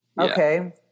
Okay